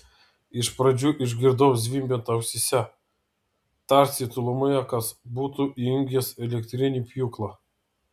iš pradžių išgirdau zvimbiant ausyse tarsi tolumoje kas būtų įjungęs elektrinį pjūklą